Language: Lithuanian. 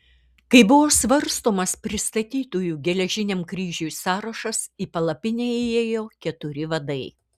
kai buvo svarstomas pristatytųjų geležiniam kryžiui sąrašas į palapinę įėjo keturi vadai